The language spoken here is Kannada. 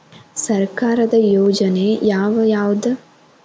ಸರ್ಕಾರದ ಯೋಜನೆ ಯಾವ್ ಯಾವ್ದ್?